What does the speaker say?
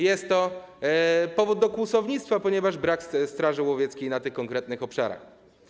Jest to też powód kłusownictwa, ponieważ brakuje straży łowieckiej na tych konkretnych obszarach.